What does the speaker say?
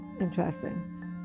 interesting